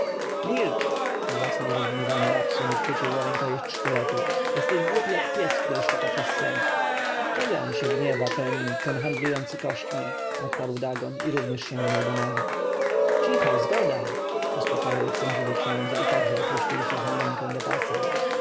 milcz wrzasnął rozgniewany rabsun i chwycił za rękojeść sztyletu jesteś głupi jak pies który szczeka przez sen czego on się gniewa ten ten handlujący kośćmi odparł dagon i również sięgnął do noża cicho zgoda uspakajał ich sędziwy książę i także opuścił suchą rękę do pasa